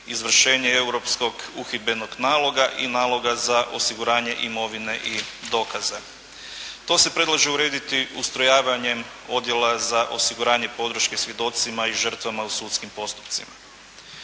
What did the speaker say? izvršenje europskog uhidbenog naloga i naloga za osiguranje imovine imovine i dokaza. To se predlaže urediti ustrojavanjem odjela za osiguranje podrške svjedocima i žrtvama u sudskim postupcima.